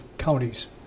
counties